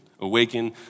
Awaken